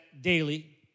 daily